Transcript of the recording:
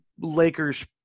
Lakers